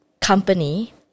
company